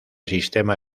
sistema